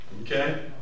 Okay